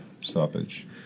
stoppage